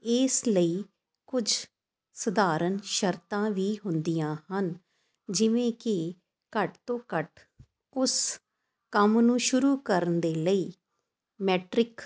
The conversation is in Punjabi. ਇਸ ਲਈ ਕੁਝ ਸਧਾਰਨ ਸ਼ਰਤਾਂ ਵੀ ਹੁੰਦੀਆਂ ਹਨ ਜਿਵੇਂ ਕਿ ਘੱਟ ਤੋਂ ਘੱਟ ਉਸ ਕੰਮ ਨੂੰ ਸ਼ੁਰੂ ਕਰਨ ਦੇ ਲਈ ਮੈਟਰਿਕ